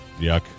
Yuck